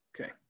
Okay